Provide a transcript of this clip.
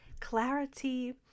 clarity